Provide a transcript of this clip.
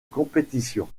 compétition